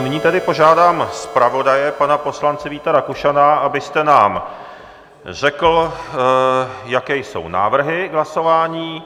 Nyní tedy požádám zpravodaje pana poslance Víta Rakušana, abyste nám řekl, jaké jsou návrhy k hlasování.